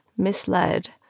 misled